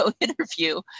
interview